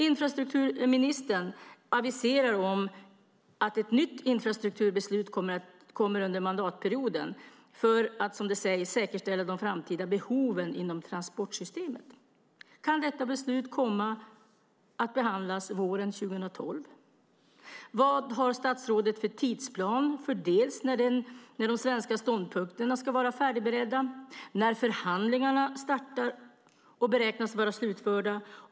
Infrastrukturministern aviserar att ett nytt infrastrukturbeslut kommer under mandatperioden för att, som det sägs, säkerställa de framtida behoven inom transportsystemet. Kan detta beslut komma att behandlas våren 2012? Vad har statsrådet för tidsplan i fråga om när de svenska ståndpunkterna ska vara färdigberedda och när förhandlingarna ska starta och när de beräknas vara slutförda?